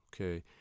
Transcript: Okay